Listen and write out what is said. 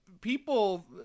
People